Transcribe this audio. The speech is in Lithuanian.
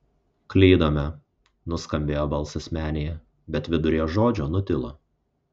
klydome nuskambėjo balsas menėje bet viduryje žodžio nutilo